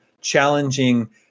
challenging